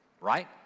right